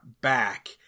back